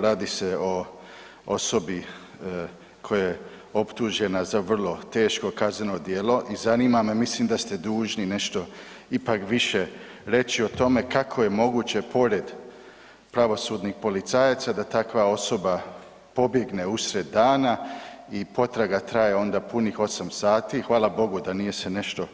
Radi se o osobi koja je optužena za vrlo teško kazneno djelo i zanima me, mislim da ste dužni nešto ipak više reći o tome kako je moguće pored pravosudnih policajaca da takva osoba pobjegne usred dana i potraga traje onda punih 8 sati, hvala Bogu da nije se nešto,